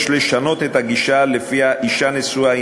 יש לשנות את הגישה שלפיה אישה נשואה היא